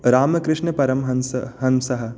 रामकृष्णपरमहंस हंसः